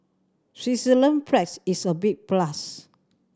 Switzerland's flag is a big plus